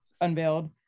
unveiled